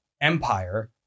empire